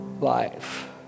life